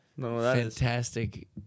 Fantastic